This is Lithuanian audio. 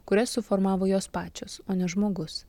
kurias suformavo jos pačios o ne žmogus